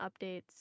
updates